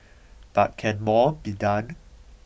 but can more be done